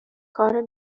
کار